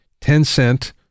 Tencent